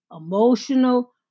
emotional